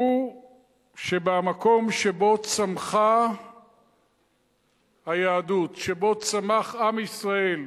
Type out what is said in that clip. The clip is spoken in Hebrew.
הוא שבמקום שבו צמחה היהדות, שבו צמח עם ישראל,